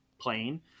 playing